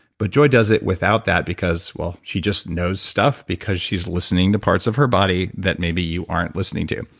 but joy does it without that because well, she just knows stuff, because she's listening to parts of her body that maybe you aren't listening to.